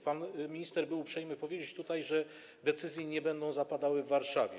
Pan minister był uprzejmy powiedzieć tutaj, że decyzje nie będą zapadały w Warszawie.